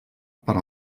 per